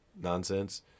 nonsense